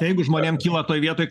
jeigu žmonėm kyla toj vietoj